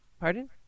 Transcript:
Pardon